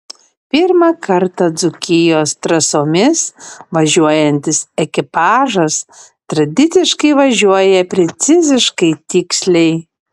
pirmą kartą dzūkijos trasomis važiuojantis ekipažas tradiciškai važiuoja preciziškai tiksliai